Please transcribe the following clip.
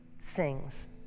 sings